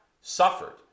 suffered